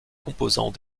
composants